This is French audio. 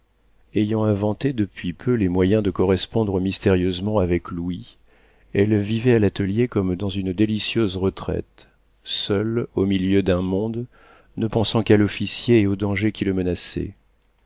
ayant inventé depuis peu les moyens de correspondre mystérieusement avec louis elle vivait à l'atelier comme dans une délicieuse retraite seule au milieu d'un monde ne pensant qu'à l'officier et aux dangers qui le menaçaient